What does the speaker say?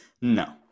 No